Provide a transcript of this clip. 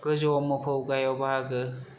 गोजौआव मोफौ गाहायाव बाहागो